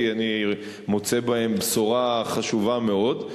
כי אני מוצא בהם בשורה חשובה מאוד.